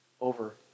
over